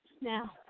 Now